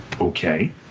okay